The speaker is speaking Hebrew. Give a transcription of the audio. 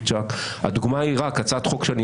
העליתי היום הצעת חוק,